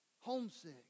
Homesick